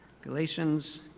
galatians